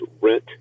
Rent